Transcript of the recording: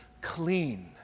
Clean